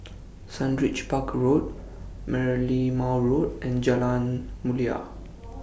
Sundridge Park Road Merlimau Road and Jalan Mulia